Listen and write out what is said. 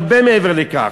הרבה מעבר לכך.